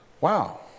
Wow